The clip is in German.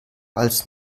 als